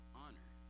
honor